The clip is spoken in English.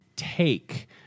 take